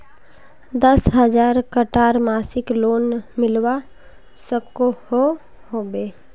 दस हजार टकार मासिक लोन मिलवा सकोहो होबे?